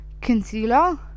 Concealer